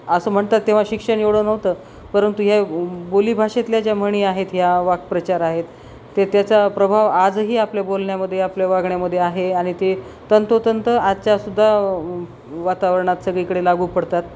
असं म्हणतात तेव्हा शिक्षण एवढं नव्हतं परंतु या बोली भाषेतल्या ज्या म्हणी आहेत ह्या वाकप्रचार आहेत ते त्याचा प्रभाव आजही आपल्या बोलण्यामध्ये आपल्या वागण्यामध्ये आहे आणि ते तंतोतंत आजच्यासुद्धा वातावरणात सगळीकडे लागू पडतात